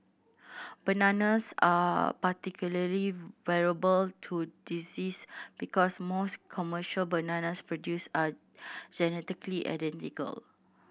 bananas are particularly vulnerable to disease because most commercial bananas produced are genetically identical